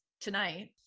tonight